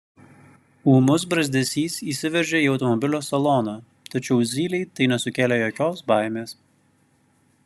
ūmus brazdesys įsiveržė į automobilio saloną tačiau zylei tai nesukėlė jokios baimės